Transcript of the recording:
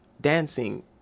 dancing